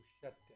shutdown